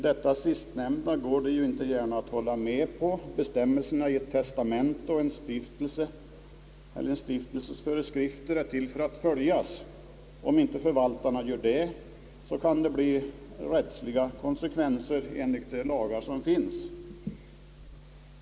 Detta sistnämnda går det inte gärna att hålla med om. Bestämmelserna i ett testamente och en stiftelses föreskrifter är till för att följas. Om inte förvaltarna gör det kan det bli rättsliga konsekvenser enligt de lagar som finns.